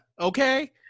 Okay